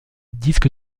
disque